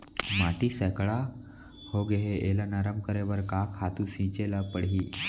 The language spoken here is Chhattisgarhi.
माटी सैकड़ा होगे है एला नरम करे बर का खातू छिंचे ल परहि?